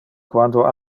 quando